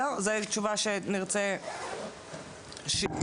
נרצה לשמוע תשובה על כך.